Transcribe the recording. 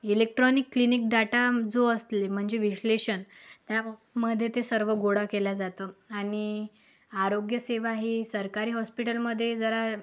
electronic clinic data जो असले म्हणजे विश्लेषण त्यामध्ये ते सर्व गोळा केलं जातं आणि आरोग्यसेवा ही सरकारी हॉस्पिटलमध्ये जरा